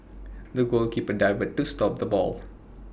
the goalkeeper dived to stop the ball